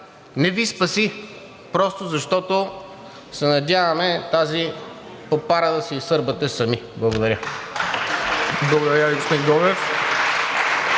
не Ви спаси, просто защото се надяваме тази попара да си я сърбате сами. Благодаря.